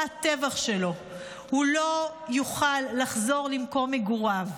הטבח שלו הוא לא יוכל לחזור למקום מגוריו,